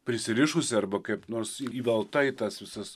prisirišusi arba kaip nors įvelta į tas visas